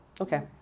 okay